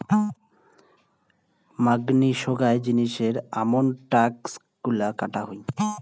মাঙনি সোগায় জিনিসের আমন ট্যাক্স গুলা কাটা হউ